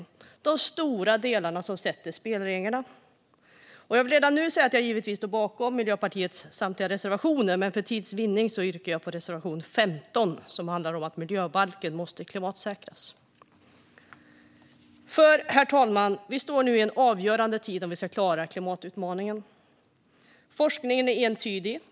Det handlar om de stora delar som sätter spelreglerna. Jag vill redan nu säga att jag givetvis står bakom Miljöpartiets samtliga reservationer men att jag för tids vinning yrkar bifall enbart till reservation 15, som handlar om att miljöbalken måste klimatsäkras. Herr talman! Vi står inför en avgörande tid om vi ska klara klimatutmaningen. Forskningen är entydig.